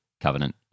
Covenant